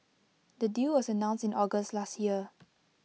the deal was announced in August last year